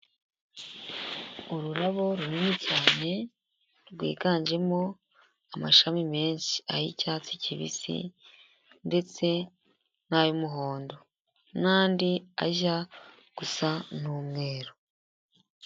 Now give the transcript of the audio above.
Ururabo runini cyane rwiganjemo amashami meza; ay'icyatsi kibisi ndetse n'ay'umuhondo n'andi ajya gusa n' umweru.